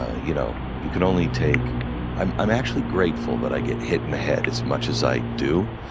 ah you know you can only take i'm i'm actually grateful that i get hit in the head as much as i do,